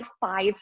five